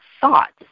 thoughts